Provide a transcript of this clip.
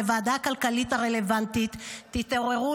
לוועדה הכלכלית הרלוונטית: תתעוררו,